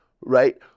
right